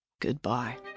goodbye